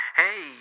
hey